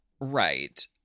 Right